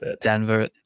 Denver